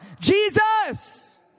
Jesus